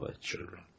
children